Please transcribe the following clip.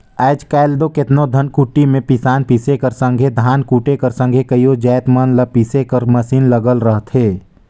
आएज काएल दो केतनो धनकुट्टी में पिसान पीसे कर संघे धान कूटे कर संघे कइयो जाएत मन ल पीसे कर मसीन लगल रहथे